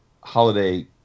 holiday